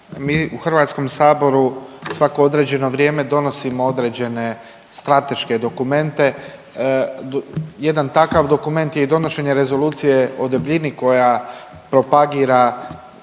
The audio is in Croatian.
Mi u HS-u svako određeno vrijeme donosimo određene strateške dokumente. Jedan takav dokument je i donošenje Rezolucije o debljini koja propagira